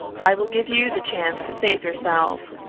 i will give you the chance to save yourself.